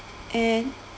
and